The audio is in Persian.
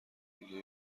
دیگه